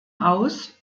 aus